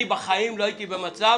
כיושב-ראש ועדה בחיים לא הייתי במצב